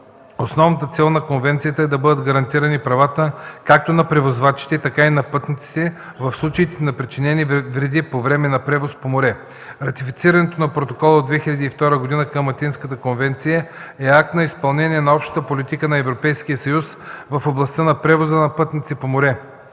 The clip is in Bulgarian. Основната цел на конвенцията е да бъдат гарантирани правата както на превозвачите, така и на пътниците, в случаите на причинени вреди по време на превоз по море. Ратифицирането на протокола от 2002 г. към Атинската конвенция е акт на изпълнение на общата политика на Европейския съюз в областта на превоза на пътници по море.